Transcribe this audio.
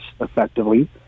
effectively